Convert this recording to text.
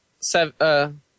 Seven